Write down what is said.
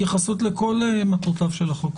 התייחסות לכל מטרותיו של החוק.